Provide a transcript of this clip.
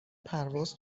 پرواز